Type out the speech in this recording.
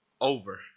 Over